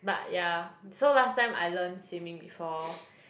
but yeah so last time I learn swimming before